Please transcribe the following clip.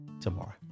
tomorrow